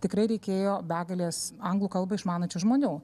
tikrai reikėjo begalės anglų kalbą išmanančių žmonių